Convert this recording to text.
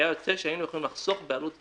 היה יוצא שהיינו יכולים לחסוך בעלות התעריף.